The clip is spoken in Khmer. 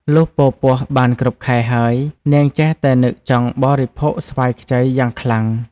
លុះពរពោះបានគ្រប់ខែហើយ នាងចេះតែនឹកចង់បរិភោគស្វាយខ្ចីយ៉ាងខ្លាំង។